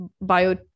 bio